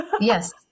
Yes